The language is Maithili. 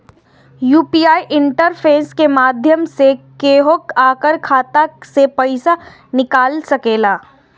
यू.पी.आई इंटरफेस के माध्यम सं हैकर्स अहांक खाता सं पैसा निकालि सकैए